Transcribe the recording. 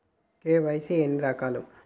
KYC ఎన్ని రకాలు?